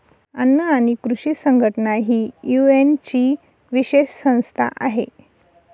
अन्न आणि कृषी संघटना ही युएनची विशेष संस्था आहे